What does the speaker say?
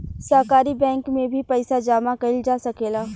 सहकारी बैंक में भी पइसा जामा कईल जा सकेला